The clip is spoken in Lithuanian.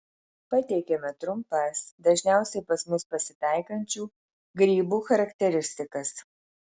pateikiame trumpas dažniausiai pas mus pasitaikančių grybų charakteristikas